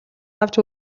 авч